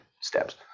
steps